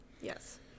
Yes